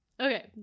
Okay